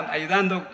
ayudando